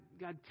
God